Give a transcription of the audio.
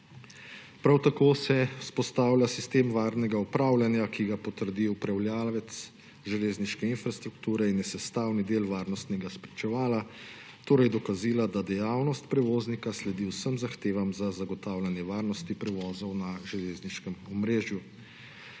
Prav tako se vzpostavlja sistem varnega upravljanja, ki ga potrdi upravljavec železniške infrastrukture in je sestavni del varnostnega spričevala, torej dokazila, da dejavnost prevoznika sledi vsem zahtevam za zagotavljanje varnosti prevozov na železniškem omrežju.